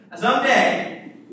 Someday